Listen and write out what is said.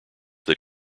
that